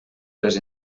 les